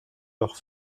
leurs